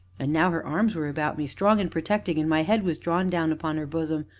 and now her arms were about me, strong and protecting, and my head was drawn down upon her bosom.